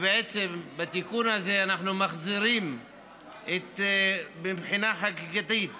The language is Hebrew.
ובעצם בתיקון הזה אנחנו מחזירים מבחינה חקיקתית